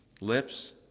Lips